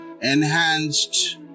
enhanced